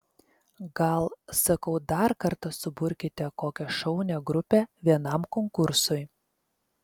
gal sakau dar kartą suburkite kokią šaunią grupę vienam konkursui